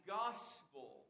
gospel